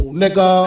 nigga